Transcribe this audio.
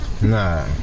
Nah